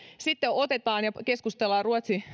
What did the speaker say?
sitten otetaan ja keskustellaan